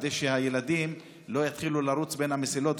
כדי שהילדים לא יתחילו לרוץ בין המסילות,